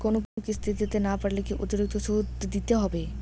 কোনো কিস্তি দিতে না পারলে কি অতিরিক্ত সুদ দিতে হবে?